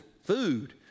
food